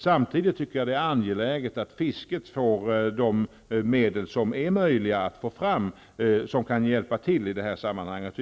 Samtidigt är det angeläget att fisket får de medel som är möjliga att få fram och som kan vara till hjälp i det här sammanhanget.